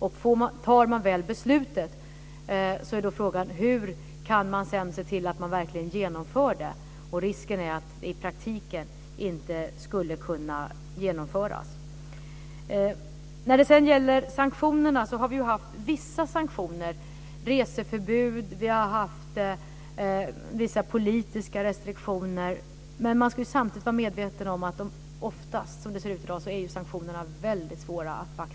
Och fattar man väl beslutet är frågan hur man sedan kan se till att genomföra det. Risken är att det i praktiken inte skulle kunna genomföras. När det sedan gäller sanktionerna har vi haft vissa sanktioner som reseförbud och vissa politiska restriktioner. Men man ska samtidigt vara medveten om att de oftast är väldigt svåra att